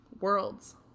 worlds